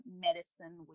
medicine